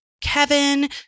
Kevin